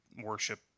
worship